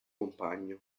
compagno